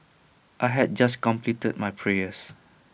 I had just completed my prayer